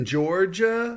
Georgia